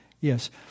Yes